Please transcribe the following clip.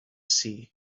sea